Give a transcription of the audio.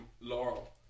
Laurel